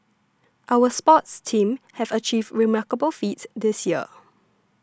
our sports teams have achieved remarkable feats this year